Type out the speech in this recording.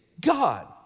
God